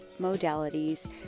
modalities